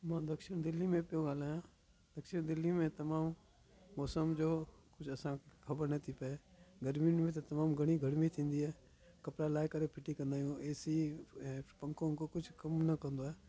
मां दक्षिण दिल्ली में पियो ॻाल्हायां दक्षिण दिल्ली में तमामु मौसम जो कुझु असांखे ख़बर नथी पए गर्मीयुनि में तमामु घणी गर्मी थींदी आहे कपिड़ा लाइ करे फिटी कंदा आहियूं एसी ऐं पंखो वंखो कुझु कमु कंदो आहे